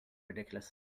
ridiculous